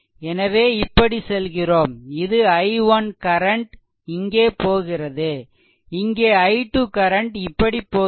எனவே இப்படி செல்கிறோம் இது i1 கரண்ட் இங்கே போகிறது இங்கே i2 கரண்ட் இப்படி போகிறது